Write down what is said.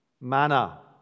Manna